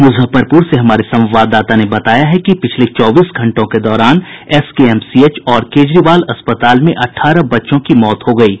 मुजफ्फरपुर से हमारे संवाददाता ने बताया है कि पिछले चौबीस घंटों के दौरान एसकेएमसीएच और केजरीवाल अस्पताल में अठारह बच्चों की मौत हो गयी